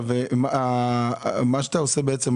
מה שאתה עושה בעצם,